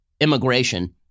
immigration